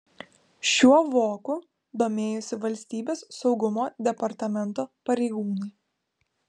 šiuo voku domėjosi valstybės saugumo departamento pareigūnai